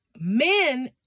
men